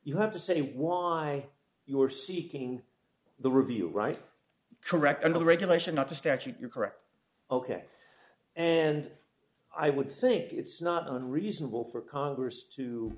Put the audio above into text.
you have to say why you are seeking the review right correct and the regulation of the statute you're correct ok and i would think it's not unreasonable for congress to